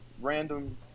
random